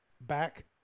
back